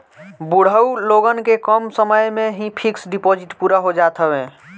बुढ़ऊ लोगन के कम समय में ही फिक्स डिपाजिट पूरा हो जात हवे